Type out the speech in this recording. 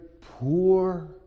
poor